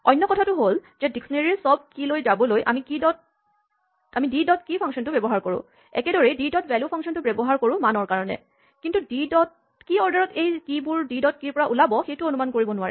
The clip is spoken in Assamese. অন্য কথাটো হ'ল যে ডিস্কনেৰীঅভিধানৰ চব কীচাবিলৈ যাবলৈ আমি ডি ডট কী ফাংচনটো ব্যৱহাৰ কৰোঁ একেদৰেই ডি ডট ভেল্যু ফাংচনটো ব্যৱহাৰ কৰোঁ মানৰ কাৰণে কিন্তু কি অৰ্ডাৰত এই কীচাবিবোৰ ডি ডট কী ৰ পৰা ওলাব সেইটো অনুমান কৰিব নোৱাৰি